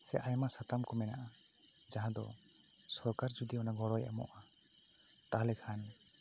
ᱥᱮ ᱟᱭᱢᱟ ᱥᱟᱛᱟᱢ ᱠᱚ ᱢᱮᱱᱟᱜᱼᱟ ᱡᱟᱦᱟᱸ ᱫᱚ ᱥᱚᱨᱠᱟᱨ ᱡᱩᱫᱤ ᱚᱱᱟ ᱜᱚᱲᱚᱭ ᱮᱢᱚᱜᱼᱟ ᱛᱟᱦᱚᱞᱮ ᱠᱷᱟᱱ